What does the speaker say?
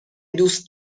دوست